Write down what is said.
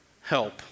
help